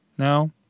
Now